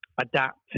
adapt